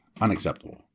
Unacceptable